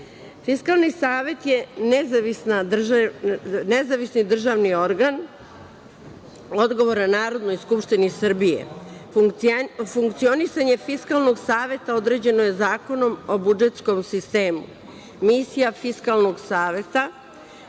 Fiskalni savet je nezavisni državni organ odgovoran Narodnoj skupštini Srbije. Funkcionisanje Fiskalnog saveta određeno je Zakonom o budžetskom sistemu. Misija Fiskalnog saveta